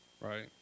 right